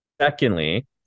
Secondly